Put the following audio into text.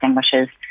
distinguishes